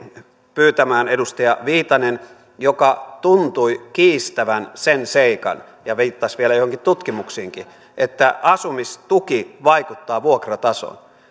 pyytämään edustaja viitanen joka tuntui kiistävän sen seikan ja viittasi vielä joihinkin tutkimuksiinkin että asumistuki vaikuttaa vuokratasoon